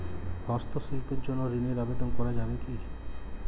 হস্তশিল্পের জন্য ঋনের আবেদন করা যাবে কি?